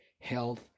health